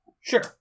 sure